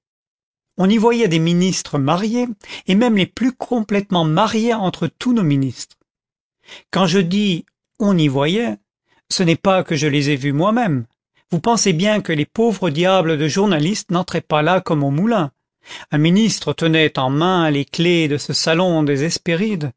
on y voyait des ministres ma ries et même les plus complètement mariés entre tous nos ministres quand je dis on y voyait ce n'est pas que je les aie vus moi-même vous pensez bien que les pauvres diables de journalistes n'entraient pas là comme au moulin un ministre tenait en main les clefs de ce salon